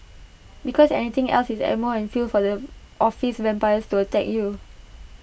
because anything else is ammo and fuel for the office vampires to attack you